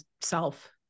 self